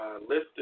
listed